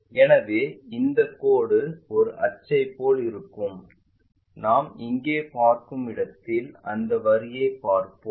எனவே இந்த கோடு ஒரு அச்சைப் போல் இருக்கும் நாம் இங்கே பார்க்கும் இடத்தில் அந்த வரியைப் பார்ப்போம்